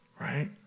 right